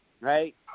right